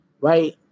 right